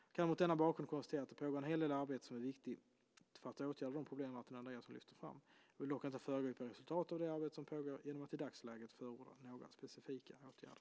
Jag kan mot denna bakgrund konstatera att det pågår en hel del arbete som är viktigt för att åtgärda de problem som Martin Andreasson lyfter fram. Jag vill dock inte föregripa resultatet av det arbete som pågår genom att i dagsläget förorda några specifika åtgärder.